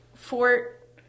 fort